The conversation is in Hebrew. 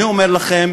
אני אומר לכם,